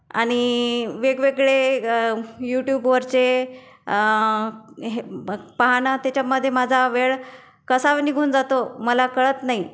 आणि वेगवेगळे यूट्यूबवरचे हे पाहणं त्याच्यामधे माझा वेळ कसा निघून जातो मला कळत नाही